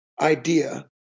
idea